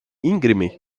íngreme